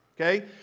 Okay